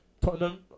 Tottenham